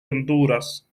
honduras